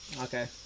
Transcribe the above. Okay